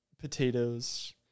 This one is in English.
potatoes